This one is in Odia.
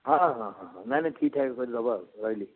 ହଁ ହଁ ହଁ ହଁ ନାଇଁ ନାଇଁ ଠିକ୍ଠାକ୍ କରି ଦେବ ଆଉ ରହିଲି